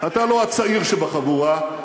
אתה לא הצעיר שבחבורה,